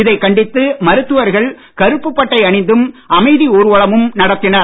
இதை கண்டித்து மருத்துவர்கள் கருப்புப் பட்டை அணிந்தும் அமைதி ஊர்வலமும் நடத்தினர்